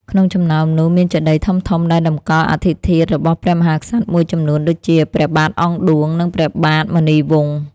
ក្នុងចំណោមនោះ មានចេតិយធំៗដែលតម្កល់អដ្ឋិធាតុរបស់ព្រះមហាក្សត្រមួយចំនួនដូចជា ព្រះបាទអង្គឌួង និង ព្រះបាទមុនីវង្ស។